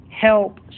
help